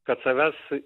kad save su